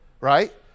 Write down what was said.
right